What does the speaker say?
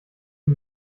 die